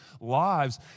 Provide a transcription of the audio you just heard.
lives